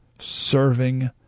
serving